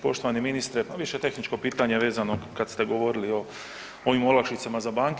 Poštovani ministre, pa više tehničko pitanje vezano kad ste govorili o ovim olakšicama za banke.